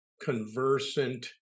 conversant